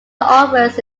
office